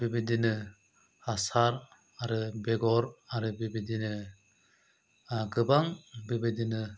बेबादिनो हासार आरो बेगर आरो बेबादिनो गोबां बेबादिनो